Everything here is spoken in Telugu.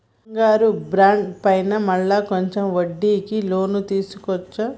బంగారు బాండు పైన మళ్ళా కొంచెం వడ్డీకి లోన్ తీసుకోవచ్చా?